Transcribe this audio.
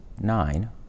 nine